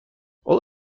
all